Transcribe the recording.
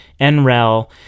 NREL